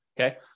Okay